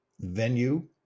venue